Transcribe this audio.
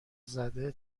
زده